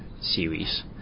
series